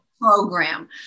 program